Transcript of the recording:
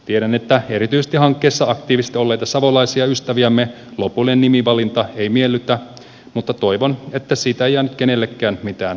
tiedän että erityisesti hankkeessa aktiivisesti olleita savolaisia ystäviämme lopullinen nimivalinta ei miellytä mutta toivon että siitä ei jäänyt kenellekään mitään hampaankoloon